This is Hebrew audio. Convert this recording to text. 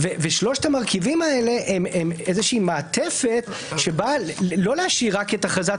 שלושת המרכיבים האלה הם מעטפת שבאה לא להשאיר את הכרזת